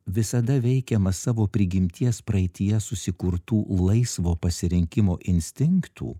visada veikiamas savo prigimties praeityje susikurtų laisvo pasirinkimo instinktų